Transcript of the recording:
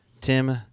Tim